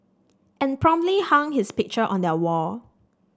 and promptly hung his picture on their wall